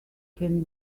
can